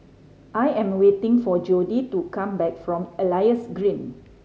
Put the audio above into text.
I am waiting for Jodi to come back from Elias Green